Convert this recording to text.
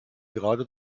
gerade